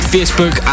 Facebook